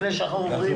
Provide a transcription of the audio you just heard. תעלו